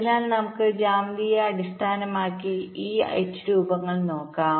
അതിനാൽ നമുക്ക് ജ്യാമിതിയുടെ അടിസ്ഥാനത്തിൽ ഈ H രൂപങ്ങൾ നോക്കാം